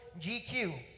GQ